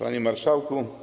Panie Marszałku!